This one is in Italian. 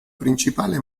principale